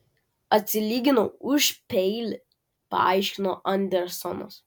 atsilyginau už peilį paaiškino andersonas